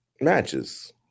matches